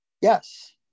Yes